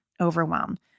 overwhelmed